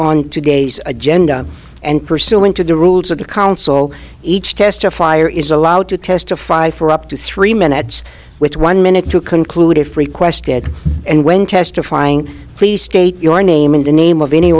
on today's agenda and pursuant to the rules of the counsel each testifier is allowed to testify for up to three minutes with one minute to conclude if requested and when testifying please state your name and the name of any